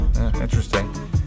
interesting